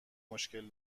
مشکل